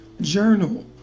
Journal